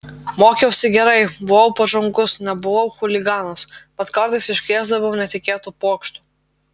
mokiausi gerai buvau pažangus nebuvau chuliganas bet kartais iškrėsdavau netikėtų pokštų